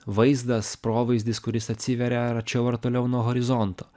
vaizdas provaizdis kuris atsiveria arčiau ar toliau nuo horizonto